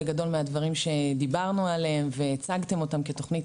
גדול מהדברים שדיברנו עליהם והצגתם אותם כתכנית